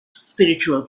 spiritual